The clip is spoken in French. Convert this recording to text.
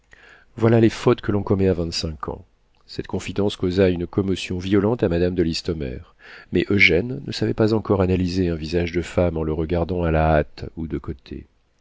voilà les fautes que l'on commet à vingt-cinq ans cette confidence causa une commotion violente à madame de listomère mais eugène ne savait pas encore analyser un visage de femme en le regardant à la hâte ou de côté